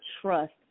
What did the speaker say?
trust